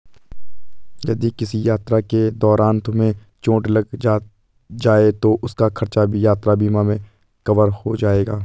यदि किसी यात्रा के दौरान तुम्हें चोट लग जाए तो उसका खर्च भी यात्रा बीमा में कवर हो जाएगा